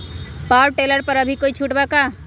Power tiller पर अभी कोई छुट बा का?